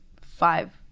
five